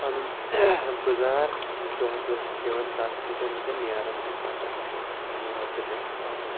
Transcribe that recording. پَنُن گُزار دۄہ دۄہ چھِ دِوان تَتھ سۭتۍ تہٕ نیران چھُ پَکان چھُ رۄپیہِ دَہ چھِ پَکان